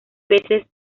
veces